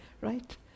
right